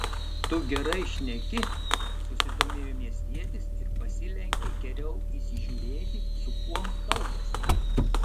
tu gerai šneki susidomėjo miestietis ir pasilenkė geriau įsižiūrėti su kuom kalbasi